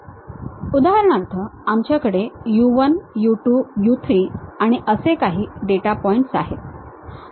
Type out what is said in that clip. उदाहरणार्थ आमच्याकडे u 1 u 2 u 3 आणि असे काही डेटा पॉइंट्स आहेत